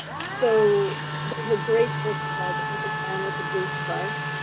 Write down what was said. so there's a great book called and the man with a blue scarf.